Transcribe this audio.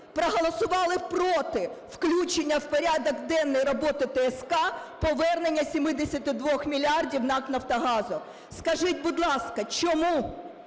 проголосували проти включення в порядок денний роботи ТСК повернення 72 мільярдів НАК "Нафтогазу". Скажіть, будь ласка, чому?